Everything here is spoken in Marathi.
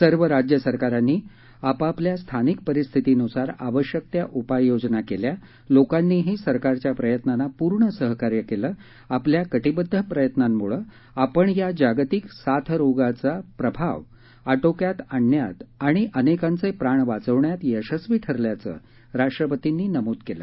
सर्व राज्य सरकारांनी आपापल्या स्थानिक परिस्थितीनुसार आवश्यक त्या उपाययोजना केल्या लोकांनीही सरकारच्या प्रयत्नांना पूर्ण सहकार्य केलं आपल्या कटिबद्ध प्रयत्नांमुळे आपण या जागतिक साथरोगाचा प्रभाव आटोक्यात आणण्यात आणि अनेकांचे प्राण वाचवण्यात यशस्वी ठरल्याचं राष्ट्रपतींनी नमूद केलं